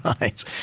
right